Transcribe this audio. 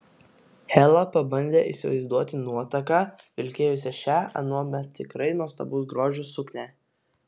hela pabandė įsivaizduoti nuotaką vilkėjusią šią anuomet tikrai nuostabaus grožio suknią